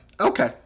okay